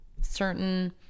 certain